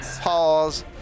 Pause